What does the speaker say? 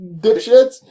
dipshits